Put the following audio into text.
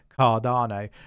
cardano